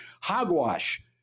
hogwash